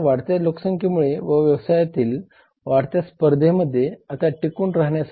बदलत्या राजकीय शक्तींचा आपल्या व्यवसायावर काय परिणाम होतो याची जाणीव आपल्याला असली पाहिजे